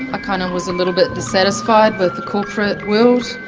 ah kind of was a little bit dissatisfied with the corporate world,